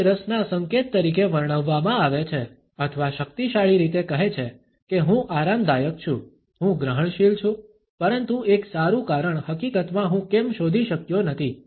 તે રસના સંકેત તરીકે વર્ણવવામાં આવે છે અથવા શક્તિશાળી રીતે કહે છે કે હું આરામદાયક છું હું ગ્રહણશીલ છું પરંતુ એક સારું કારણ હકીકતમાં હું કેમ શોધી શક્યો નથી